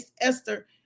Esther